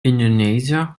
indonesia